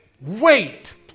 wait